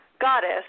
goddess